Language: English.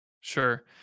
Sure